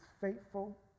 faithful